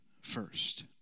first